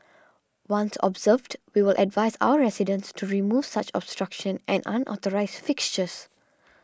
once observed we will advise our residents to remove such obstruction and unauthorised fixtures